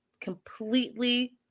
completely